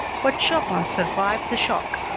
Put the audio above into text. but chopin survived the shock.